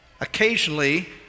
Occasionally